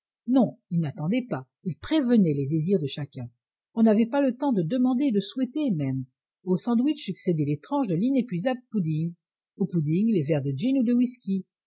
non ils n'attendaient pas ils prévenaient les désirs de chacun on n'avait pas le temps de demander de souhaiter même aux sandwiches succédaient les tranches de l'inépuisable pudding au pudding les verres de gin ou de whisky